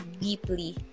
deeply